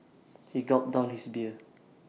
he gulped down his beer